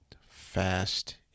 fast